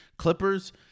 Clippers